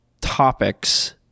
topics